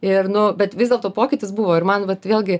ir nu bet vis dėlto pokytis buvo ir man vat vėlgi